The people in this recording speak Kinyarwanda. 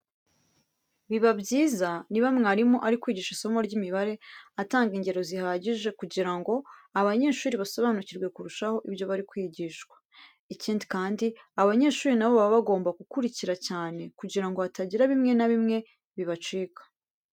Biba byiza ko niba mwarimu ari kwigisha isomo ry'imibare atanga ingero zihagije kugira ngo abanyeshuri basobanukirwe kurushaho ibyo bari kwigishwa. Ikindi kandi abanyeshuri na bo baba bagomba gukurikira cyane kugira ngo hatagira bimwe na bimwe bibacika.